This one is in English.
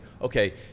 okay